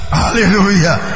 hallelujah